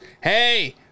Hey